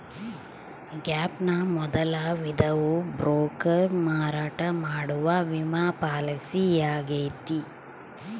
gap ನ ಮೊದಲ ವಿಧವು ಬ್ರೋಕರ್ ಮಾರಾಟ ಮಾಡುವ ವಿಮಾ ಪಾಲಿಸಿಯಾಗೈತೆ